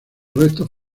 restos